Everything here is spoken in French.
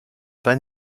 pas